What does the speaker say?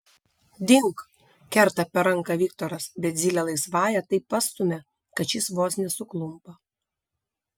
dink kerta per ranką viktoras bet zylė laisvąja taip pastumia kad šis vos nesuklumpa